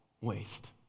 waste